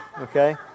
Okay